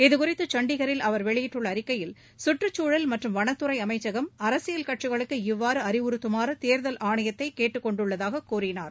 இதுகுறித்து சண்டிகரில் அவர் வெளியிட்டுள்ள அறிக்கையில் சுற்றுச்சூழல் மற்றும் வனத்துறை அமைச்சகம் அரசியல் கட்சிகளுக்கு இவ்வாறு அறிவுறுத்துமாறு தேர்தல் ஆணையத்தை கேட்டுக்கொண்டுள்ளதாகக் கூறினார்